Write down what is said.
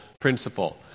principle